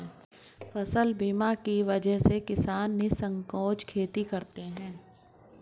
फसल बीमा की वजह से किसान निःसंकोच खेती करते हैं